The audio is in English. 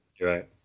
right